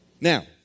Now